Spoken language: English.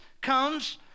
comes